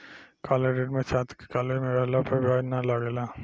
college ऋण में छात्र के कॉलेज में रहला पर ब्याज ना लागेला